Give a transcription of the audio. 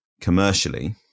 commercially